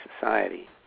society